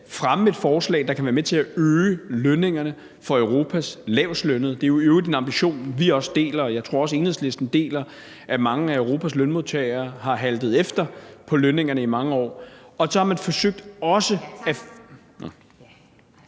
fremme et forslag, der kan være med til at øge lønningerne for Europas lavestlønnede. Det er i øvrigt en ambition, som vi også deler – og det tror jeg i øvrigt også at Enhedslisten gør – fordi mange af Europas lønmodtagere har haltet efter på lønningsområdet i mange år. Og så har man forsøgt også,